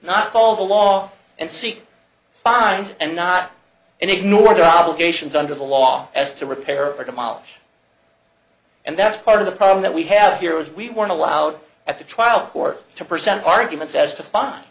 not follow the law and seek fines and not and ignore their obligations under the law as to repair it miles and that's part of the problem that we have here is we weren't allowed at the trial court to present arguments as to fine